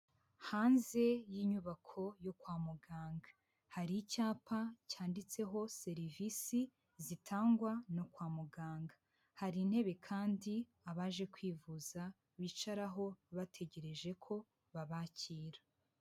Hanze y'inyubako yo kwa muganga, hari icyapa cyanditseho serivisi zitangwa no kwa muganga, hari intebe kandi abaje kwivuza bicaraho bategereje ko babakira.